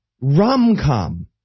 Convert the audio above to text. rom-com